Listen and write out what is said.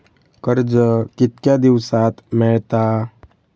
कर्ज कितक्या दिवसात मेळता?